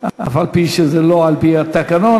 אף-על-פי שזה לא לפי התקנון.